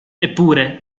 eppure